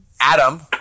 Adam